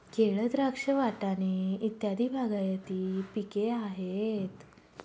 केळ, द्राक्ष, वाटाणे इत्यादी बागायती पिके आहेत